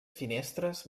finestres